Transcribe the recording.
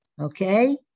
Okay